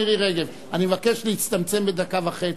אני מבקש ממך.